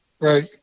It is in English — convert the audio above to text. Right